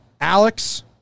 Alex